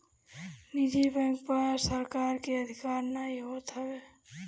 निजी बैंक पअ सरकार के अधिकार नाइ होत हवे